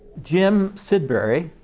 jim sidbury,